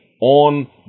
on